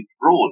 broad